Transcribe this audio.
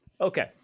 Okay